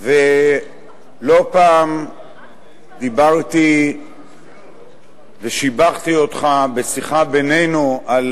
ולא פעם דיברתי ושיבחתי אותך בשיחה בינינו על